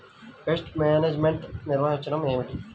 Pest management నిర్వచనం ఏమిటి?